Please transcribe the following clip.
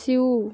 সেউ